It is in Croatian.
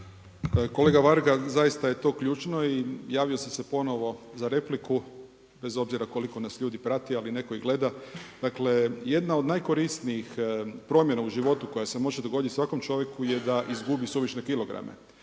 Kolega Varga zaista je to ključno i javio sam se ponovo za repliku bez obzira koliko nas ljudi prati, ali netko i gleda. Dakle, jedna od najkorisnijih promjena u životu koja se može dogoditi svakom čovjeku je da izgubi suvišne kilograme.